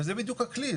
וזה בדיוק הכלי.